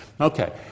Okay